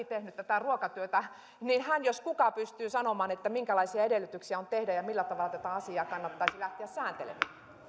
tehnyt tätä ruokatyötä joten hän jos kuka pystyy sanomaan minkälaisia edellytyksiä on tehdä ja millä tavalla tätä asiaa kannattaisi lähteä sääntelemään